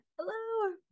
Hello